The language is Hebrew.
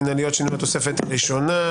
צו העבירות המנהליות (שינוי התוספת הראשונה),